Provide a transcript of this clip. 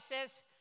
says